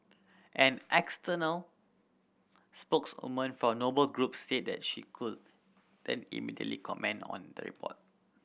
an external spokeswoman for Noble Groups said that she couldn't immediately comment on the report